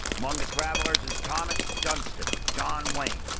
among the travellers is thomas dunston, john wayne.